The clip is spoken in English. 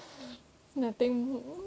nothing